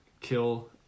kill